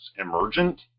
emergent